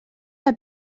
que